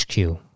HQ